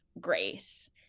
grace